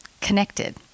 connected